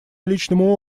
личному